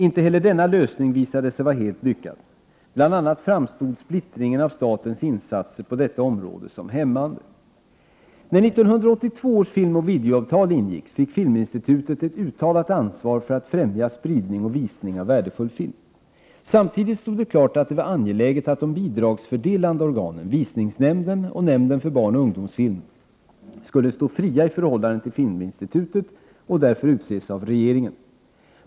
Inte heller denna lösning visade sig vara helt lyckad. Bl.a. framstod splittringen av statens insatser på detta område som hämmande. När 1982 års filmoch videoavtal ingicks fick Filminstitutet ett uttalat ansvar för att främja spridning och visning av värdefull film. Samtidigt stod det klart att det var angeläget att de bidragsfördelande organen, Visningsnämnden och Nämnden för barn och ungdomsfilm, skulle stå fria i förhållande till Filminstitutet och därför utses av regeringen.